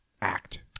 act